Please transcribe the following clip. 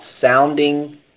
sounding